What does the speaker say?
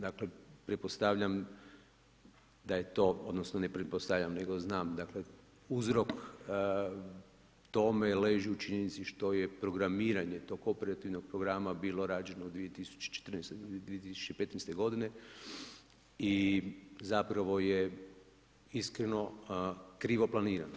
Dakle, pretpostavljam da je to odnosno ne pretpostavljam nego znam dakle uzrok tome leži u činjenici što je programiranje tog operativnog programa bilo rađeno 2014., 2015. godine i zapravo je iskreno krivo planirano.